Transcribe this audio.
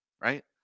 Right